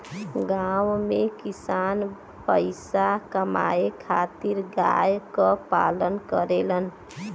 गांव में किसान पईसा कमाए खातिर गाय क पालन करेलन